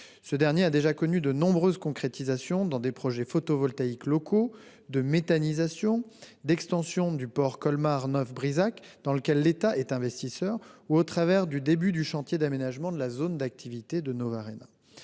Ce dernier a déjà donné lieu à de nombreuses concrétisations. Je pense à des projets photovoltaïques locaux et de méthanisation, à l'extension du port Colmar/Neuf-Brisach, dans lequel l'État est investisseur, ou au début du chantier d'aménagement de la zone d'activité de Novarhéna.